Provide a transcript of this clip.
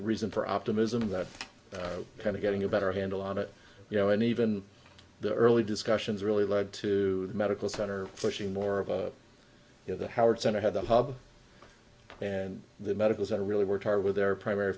reason for optimism that kind of getting a better handle on it you know and even the early discussions really led to medical center for showing more of a you know the howard center had the hub and the medicals are really worked hard with their primary